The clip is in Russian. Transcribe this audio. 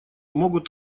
могут